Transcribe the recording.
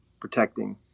protecting